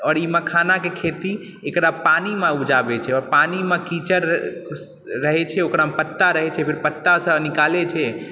आओर ई मखानाके खेती एकरा पानिमे उपजाबै छै पानिमे कीचड़ रहै छै ओकरामे पत्ता रहै छै फिर पत्तासँ निकालै छै